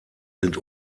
sind